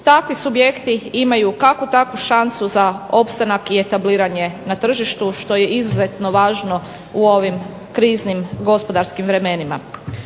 takvi subjekti imaju kakvu takvu šansu za opstanak i etabliranje na tržištu što je izuzetno važno u ovim kriznim, gospodarskim vremenima.